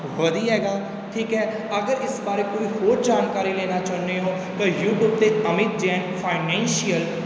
ਵਧੀਆ ਹੈਗਾ ਠੀਕ ਹੈ ਅਗਰ ਇਸ ਬਾਰੇ ਕੋਈ ਹੋਰ ਜਾਣਕਾਰੀ ਲੈਣਾ ਚਾਹੁੰਦੇ ਹੋ ਤਾਂ ਯੂਟਿਊਬ 'ਤੇ ਅਮਿਤ ਜੈਨ ਫਾਇਨੈਂਸ਼ੀਅਲ